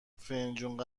فنجون